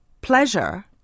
pleasure